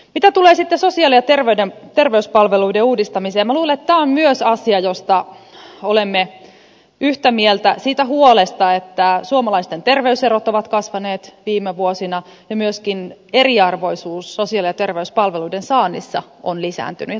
mitä tulee sitten sosiaali ja terveyspalveluiden uudistamiseen minä luulen että tämä on myös asia josta olemme yhtä mieltä siitä huolesta että suomalaisten terveyserot ovat kasvaneet viime vuosina ja myöskin eriarvoisuus sosiaali ja terveyspalveluiden saannissa on lisääntynyt